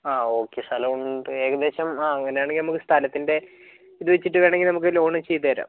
ആ ഓക്കെ സ്ഥലം ഉണ്ട് ഏകദേശം ആഹ് അങ്ങനെ ആണെങ്കിൽ നമുക്ക് സ്ഥലത്തിൻ്റെ ഇത് വെച്ചിട്ട് വേണമെങ്കിൽ നമുക്ക് ലോൺ ചെയ്ത് തരാം